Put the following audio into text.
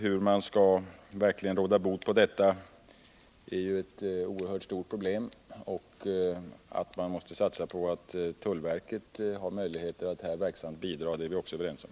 Hur man verkligen skall råda bot på detta är en oerhört svår fråga. Att man måste satsa på att tullverket här har möjlighet att verksamt bidra är vi också överens om.